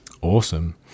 Awesome